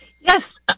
Yes